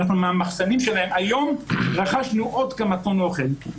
מהמחסנים שלהם היום רכשנו עוד כמה טון אוכל,